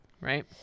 Right